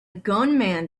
gunman